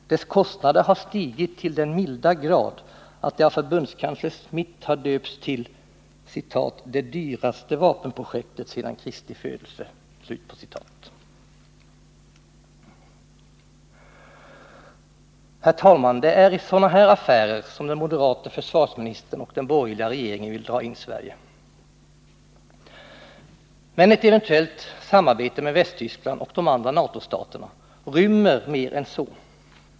Dess kostnader har stigit så till den milda grad att det av förbundskansler Schmidt har döpts till ”det dyraste vapenprojektet sedan Kristi födelse”. Herr talman! Det är sådana affärer som den moderate försvarsministern och den borgerliga regeringen vill dra in Sverige i. Men ett eventuellt samarbete med Västtyskland och de andra NATO-staterna rymmer mer än så.